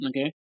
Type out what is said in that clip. Okay